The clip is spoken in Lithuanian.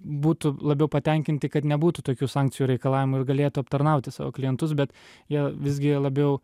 būtų labiau patenkinti kad nebūtų tokių sankcijų reikalavimų ir galėtų aptarnauti savo klientus bet jie visgi labiau